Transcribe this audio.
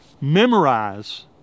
Memorize